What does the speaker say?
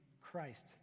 Christ